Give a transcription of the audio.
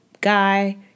guy